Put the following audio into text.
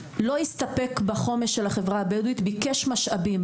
הוא לא הסתפק בחומש של החברה הבדואית וביקש משאבים